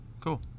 Cool